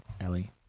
Ellie